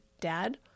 Dad